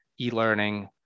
e-learning